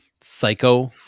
psycho